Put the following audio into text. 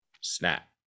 snap